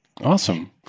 awesome